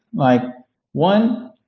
like one,